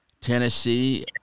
tennessee